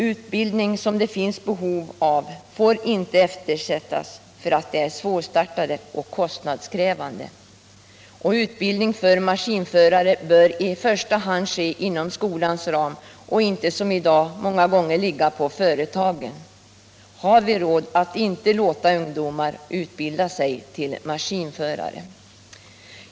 Utbildning som det finns behov av får inte eftersättas för att den är svårstartad och kostnadskrävande. Utbildning för maskinförare bör i första hand ske inom skolans ram och inte som i dag ligga på företagen. Har vi råd att inte låta ungdomar utbilda sig till maskinförare?